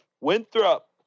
Winthrop